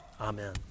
Amen